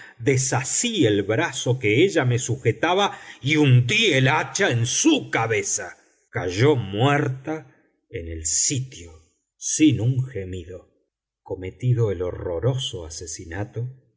desasí el brazo que ella me sujetaba y hundí el hacha en su cabeza cayó muerta en el sitio sin un gemido cometido el horroroso asesinato me